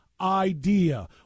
idea